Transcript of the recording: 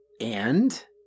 And